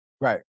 Right